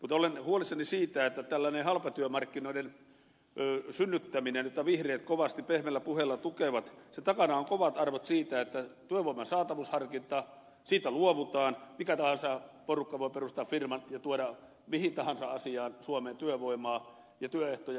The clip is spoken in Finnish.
mutta olen huolissani siitä että tällaisen halpatyömarkkinoiden synnyttämisen jota vihreät kovasti pehmeillä puheilla tukevat takana on kovat arvot siitä että työvoiman saatavuusharkinnasta luovutaan mikä tahansa porukka voi perustaa firman ja tuoda mihin tahansa asiaan suomeen työvoimaa ja työehtojen valvonta ynnä muuta